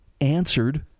answered